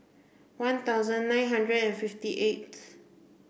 one thousand nine hundred and fifty eighth